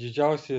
didžiausi